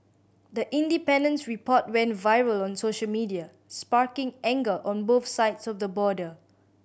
the Independent's report went viral on social media sparking anger on both sides of the border